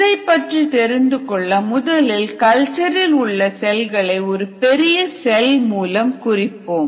இதைப் பற்றி தெரிந்துகொள்ள முதலில் கல்சர் இல் உள்ள செல்களை ஒரு பெரிய செல் மூலம் குறிப்போம்